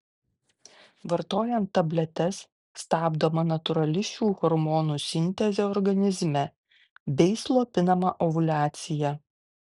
vartojant tabletes stabdoma natūrali šių hormonų sintezė organizme bei slopinama ovuliacija